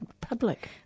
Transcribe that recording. public